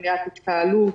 מניעת התקהלות,